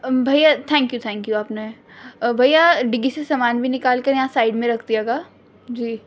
بھیا thank you thank you آپ نے بھیا ڈگی سے سامان بھی نکال کر یہاں سائڈ میں رکھ دیجیے گا جی